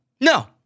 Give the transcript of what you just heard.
No